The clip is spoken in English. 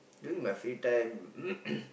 during my free time